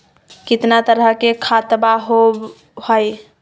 कितना तरह के खातवा होव हई?